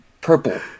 purple